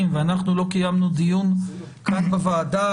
ואנחנו לא קיימנו דיון כללי כאן בוועדה